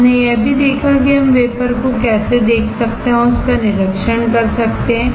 हमने यह भी देखा है कि हम वेफर को कैसे देख सकते हैं या उसका निरीक्षण कर सकते हैं